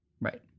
Right